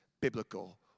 biblical